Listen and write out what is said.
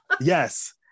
Yes